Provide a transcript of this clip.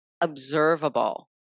observable